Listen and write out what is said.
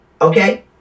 okay